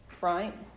right